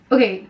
Okay